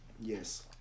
Yes